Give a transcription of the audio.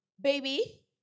baby